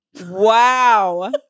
Wow